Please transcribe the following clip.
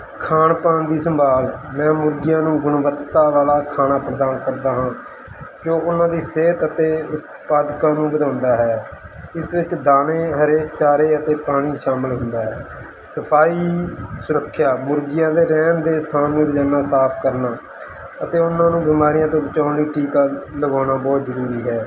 ਖਾਣ ਪਾਣ ਦੀ ਸੰਭਾਲ ਮੈਂ ਮੁਰਗੀਆਂ ਨੂੰ ਗੁਣਵੱਤਾ ਵਾਲਾ ਖਾਣਾ ਪ੍ਰਦਾਨ ਕਰਦਾ ਹਾਂ ਜੋ ਉਹਨਾਂ ਦੀ ਸਿਹਤ ਅਤੇ ਉਤਪਾਦਕਾਂ ਨੂੰ ਵਧਾਉਂਦਾ ਹੈ ਇਸ ਵਿੱਚ ਦਾਣੇ ਹਰੇ ਚਾਰੇ ਅਤੇ ਪਾਣੀ ਸ਼ਾਮਿਲ ਹੁੰਦਾ ਹੈ ਸਫਾਈ ਸੁਰੱਖਿਆ ਮੁਰਗੀਆਂ ਦੇ ਰਹਿਣ ਦੇ ਸਥਾਨ ਨੂੰ ਰੋਜ਼ਾਨਾ ਸਾਫ ਕਰਨਾ ਅਤੇ ਉਹਨਾਂ ਨੂੰ ਬਿਮਾਰੀਆਂ ਤੋਂ ਬਚਾਉਣ ਲਈ ਟੀਕਾ ਲਵਾਉਣਾ ਬਹੁਤ ਜ਼ਰੂਰੀ ਹੈ